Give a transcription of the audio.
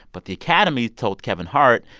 but the academy told kevin hart,